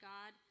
God